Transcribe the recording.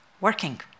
working